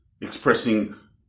expressing